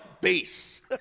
base